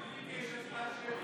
מי ביקש הצבעה שמית?